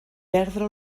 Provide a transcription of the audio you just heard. perdre